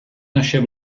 naše